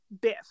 Biff